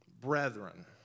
brethren